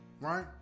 Right